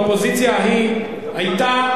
לפני כמה דקות.